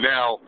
Now